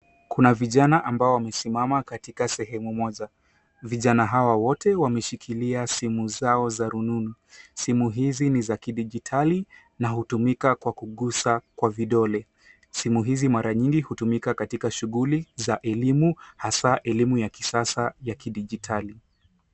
Kuna vijana ambao wamesimama katika katika sehemu moja. Vijana hawa wote wameshikilia simu zao za rununu. Simu hizi ni za kidijitali na hutumika kwa kugusa kwa vidole. Simu hizi mara nyingi hutumika katika shughuli za elimu hasa elimu ya kisasa ya kidijitali.